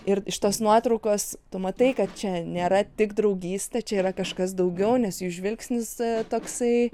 ir iš tos nuotraukos tu matai kad čia nėra tik draugystė čia yra kažkas daugiau nes jų žvilgsnis toksai